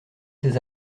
ces